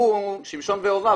שמשון ויובב,